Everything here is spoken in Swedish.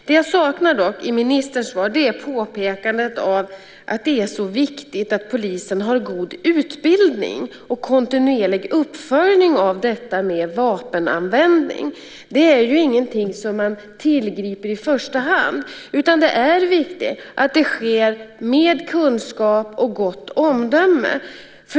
Det jag saknar i ministerns svar är påpekandet att det är viktigt att polisen har god utbildning och kontinuerlig uppföljning av detta med vapenanvändning. Det är ju ingenting som man tillgriper i första hand, utan det är viktigt att det sker med kunskap och gott omdöme.